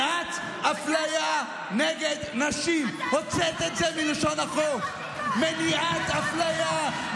להסית נגד הנשים המדהימות האלה.